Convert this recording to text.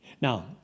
Now